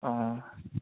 অঁ